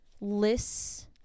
lists